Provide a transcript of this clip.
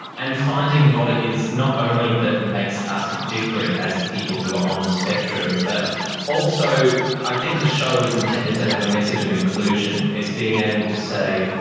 and finding what it is not only that makes us different as people who are on the spectrum but also i think the show is intended to have a message of inclusion, it's being able to say,